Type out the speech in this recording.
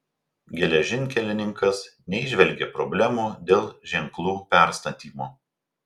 geležinkelininkas neįžvelgė problemų dėl ženklų perstatymo